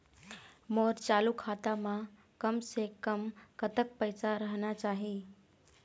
मोर चालू खाता म कम से कम कतक पैसा रहना चाही?